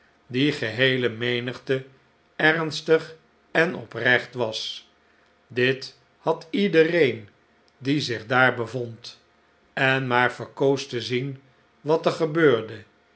die geheele menigte ernstig en oprecht was dit had iedereen die zich daar bevond en maar verkoos te zien wat er gebeurde